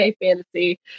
fantasy